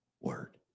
word